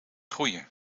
groeien